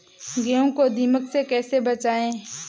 गेहूँ को दीमक से कैसे बचाएँ?